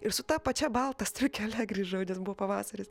ir su ta pačia balta striukele grįžau nes buvo pavasaris